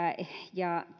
ja